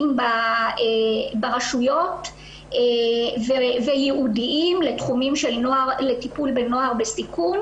שנמצאים ברשויות וייעודיים לתחומים של טיפול בנוער בסיכון.